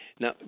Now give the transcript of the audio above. Now